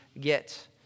get